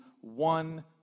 one